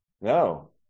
No